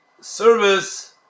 service